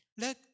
Let